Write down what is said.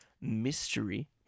mystery